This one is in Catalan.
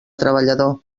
treballador